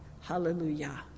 Hallelujah